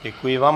Děkuji vám.